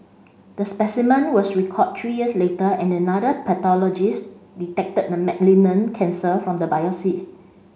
the specimen was recalled three years later and another pathologist detected the malignant cancer from the biopsy